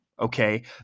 Okay